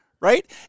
right